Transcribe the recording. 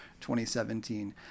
2017